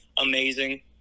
amazing